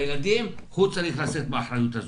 והילדים הוא צריך לשאת באחריות הזאת.